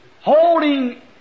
holding